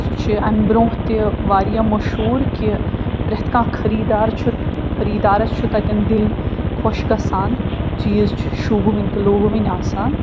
سُہ چھِ اَمہِ برٛونٛہہ تہِ واریاہ مشہوٗر کہِ پرٛٮ۪تھ کانٛہہ خریٖدار چھُ خریٖدارس چھُ تَتٮ۪ن دِل خوش گَژھان چیٖز چھِ شوٗبہٕ وٕنۍ تہٕ لوٗبہٕ وٕنۍ آسان